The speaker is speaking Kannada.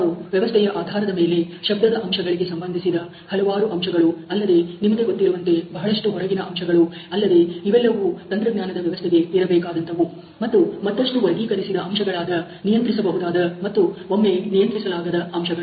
ನಾವು ವ್ಯವಸ್ಥೆಯ ಆಧಾರದ ಮೇಲೆ ಶಬ್ದದ ಅಂಶಗಳಿಗೆ ಸಂಬಂಧಿಸಿದ ಹಲವಾರು ಅಂಶಗಳು ಅಲ್ಲದೆ ನಿಮಗೆ ಗೊತ್ತಿರುವಂತೆ ಬಹಳಷ್ಟು ಹೊರಗಿನ ಅಂಶಗಳು ಅಲ್ಲದೆ ಇವೆಲ್ಲವೂ ತಂತ್ರಜ್ಞಾನದ ವ್ಯವಸ್ಥೆಗೆ ಇರಬೇಕಾದಂತವು ಮತ್ತು ಮತ್ತಷ್ಟು ವರ್ಗೀಕರಿಸಿದ ಅಂಶಗಳಾದ ನಿಯಂತ್ರಿಸಬಹುದಾದ ಮತ್ತು ಒಮ್ಮೆ ನಿಯಂತ್ರಿಸಲಾಗದ ಅಂಶಗಳು